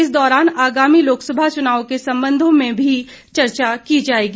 इस दौरान आगामी लोकसभा चुनावों के संबंध में भी चर्चा की जाएगी